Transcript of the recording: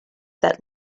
that